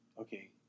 Okay